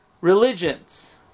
religions